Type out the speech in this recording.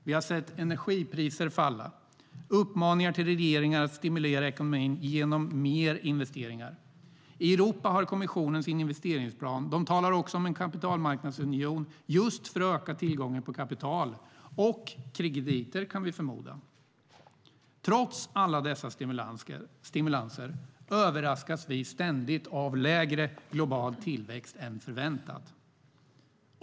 Vi har sett energipriser falla och uppmaningar till regeringar att stimulera ekonomin genom mer investeringar. I Europa har kommissionen sin investeringsplan. De talar också om en kapitalmarknadsunion just för att öka tillgången på kapital - och krediter, kan vi förmoda. Trots alla dessa stimulanser överraskas vi ständigt av lägre global tillväxt än förväntat.